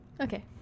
okay